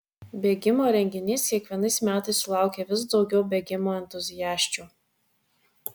bėgimo renginys kiekvienais metais sulaukia vis daugiau bėgimo entuziasčių